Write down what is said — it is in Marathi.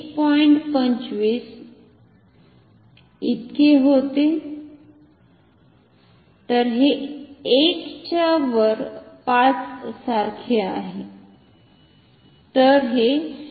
25 इतके होते तर हे 1 च्यावर 5 सारखे आहे